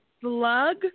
Slug